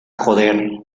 joder